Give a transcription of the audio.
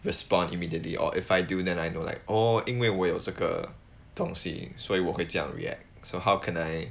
respond immediately or if I do then I don't like oh 因为我有这个东西所以我会这样 react so how can I